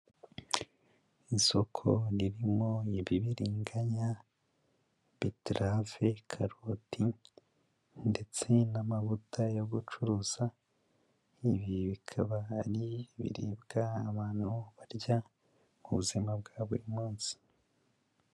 Isoko ririmo n'ibibiringanya, betarave, karoti ndetse n'amavuta yo gucuruza, ibi bikaba ari ibiribwa abantu barya mu buzima bwa buri munsi.